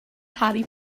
harry